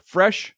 Fresh